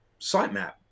sitemap